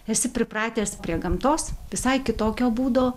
esi pripratęs prie gamtos visai kitokio būdo